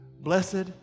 blessed